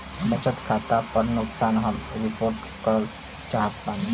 बचत खाता पर नुकसान हम रिपोर्ट करल चाहत बाटी